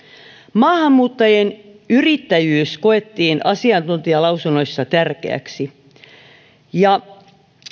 maahanmuuttajien yrittäjyys koettiin asiantuntijalausunnoissa tärkeäksi ja